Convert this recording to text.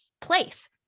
place